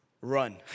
run